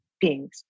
beings